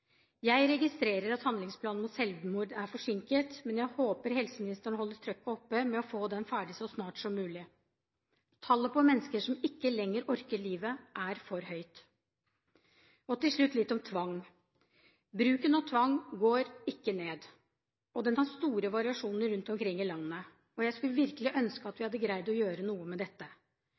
Jeg registrerer at Handlingsplan mot selvmord er forsinket, men jeg håper helseministeren holder trykket oppe med å få den ferdig så snart som mulig. Tallet på mennesker som ikke lenger orker livet, er for høyt. Og til slutt litt om tvang: Bruken av tvang går ikke ned, og den har store variasjoner rundt omkring i landet. Jeg skulle virkelig ønske at vi hadde greid å gjøre noe med dette.